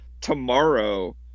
tomorrow